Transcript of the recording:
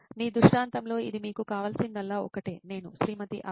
మీ దృష్టాంతంలో ఇది మీకు కావలసిందల్లా ఒక్కటేనేను శ్రీమతి అవనీMrs